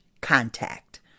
contact